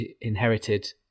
inherited